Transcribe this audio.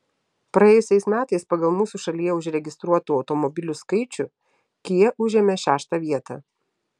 praėjusiais metais pagal mūsų šalyje užregistruotų automobilių skaičių kia užėmė šeštą vietą